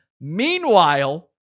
Meanwhile